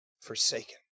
forsaken